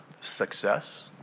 success